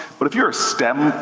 but if you're a stem